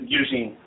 using